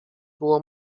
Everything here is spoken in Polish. było